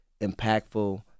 impactful